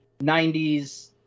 90s